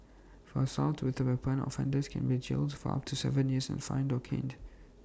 for assault with A weapon offenders can be jailed for up to Seven years and fined or caned